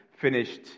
finished